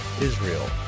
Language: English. Israel